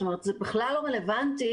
זה בכלל לא רלוונטי